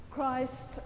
Christ